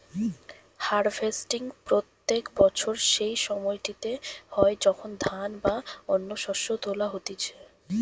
harvesting প্রত্যেক বছর সেই সময়টিতে হয় যখন ধান বা অন্য শস্য তোলা হতিছে